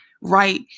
right